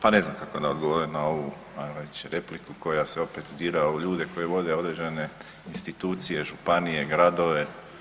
Pa ne znam kako da vam odgovorim na ovu ajmo reći repliku koja se opet dira u ljude koji vode određene institucije, županije, gradove.